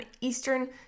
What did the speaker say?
Eastern